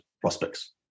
prospects